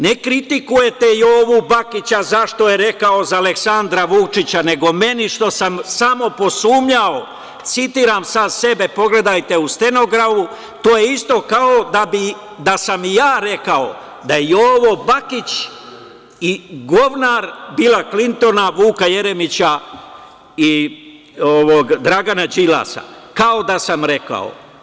Ne kritikujete Jovu Bakića zašto je rekao za Aleksandra Vučića, nego meni što sam samo posumnjao, citiram sam sebe, pogledajte u stenogramu, to je isto kao da sam ja rekao da je Jovo Bakić govnar Bila Klintona, Vuka Jeremića i Dragana Đilasa, kao da sam rekao.